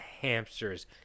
hamsters